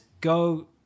go